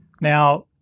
Now